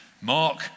Mark